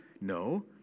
no